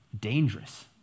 dangerous